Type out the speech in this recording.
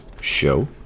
show